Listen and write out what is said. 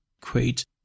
create